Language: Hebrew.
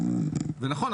ונכון,